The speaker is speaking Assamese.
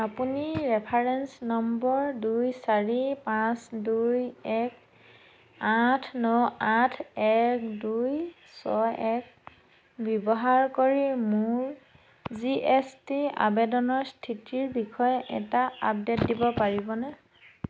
আপুনি ৰেফাৰেন্স নম্বৰ দুই চাৰি পাঁচ দুই এক আঠ ন আঠ এক দুই ছয় এক ব্যৱহাৰ কৰি মোৰ জি এছ টি আবেদনৰ স্থিতিৰ বিষয়ে এটা আপডে'ট দিব পাৰিবনে